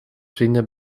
vrienden